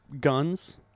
guns